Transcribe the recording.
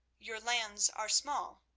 your lands are small,